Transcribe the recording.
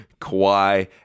Kawhi